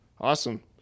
Awesome